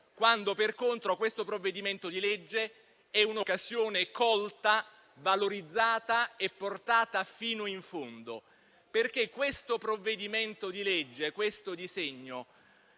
quando per contro questo provvedimento di legge è un'occasione colta, valorizzata e portata fino in fondo. Questo provvedimento di legge, questo disegno